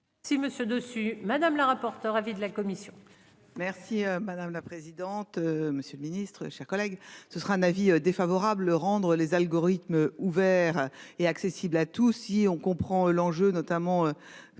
Si Monsieur dessus. Madame la rapporteure avis de la commission.